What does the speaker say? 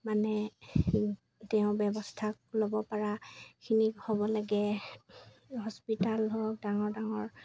মানে তেওঁ ব্যৱস্থা ল'ব পৰাখিনিক হ'ব লাগে হস্পিটেল ধৰক ডাঙৰ ডাঙৰ